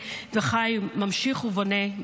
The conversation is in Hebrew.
ממשיך ובונה,